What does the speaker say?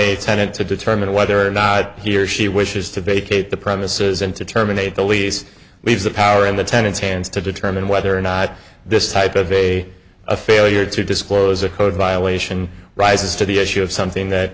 a tenant to determine whether or not he or she wishes to vacate the premises and to terminate the lease because the power and the tenants hands to determine whether or not this type of a a failure to disclose a code violation rises to the issue of something that